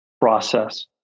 process